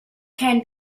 can